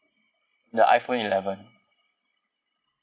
the iPhone eleven